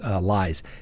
lies